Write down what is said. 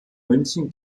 münchen